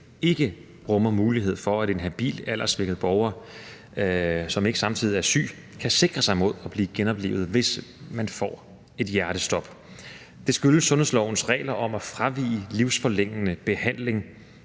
ikke rummer mulighed for, at en habil alderssvækket borger, som ikke samtidig er syg, kan sikre sig imod at blive genoplivet, hvis man får et hjertestop. Det skyldes sundhedslovens regler om, at fravigelse af livsforlængende behandling